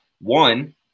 One –